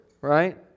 right